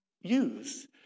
use